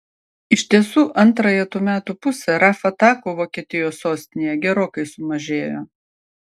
iš tiesų antrąją tų metų pusę raf atakų vokietijos sostinėje gerokai sumažėjo